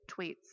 tweets